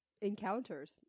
encounters